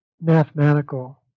mathematical